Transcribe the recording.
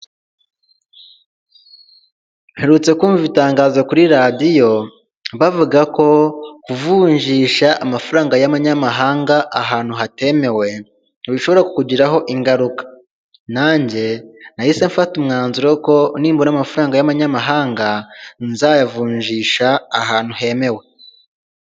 Mperutse kumva itangazo kuri radiyo bavuga ko kuvunjisha amafaranga y'abanyamahanga ahantu hatemewe bishobora kukugiraho ingaruka nanjye nahise mfata umwanzuro ko nimbona amafaranga y'abanyamahanga nzayavunjisha ahantu hemewe.